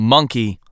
Monkey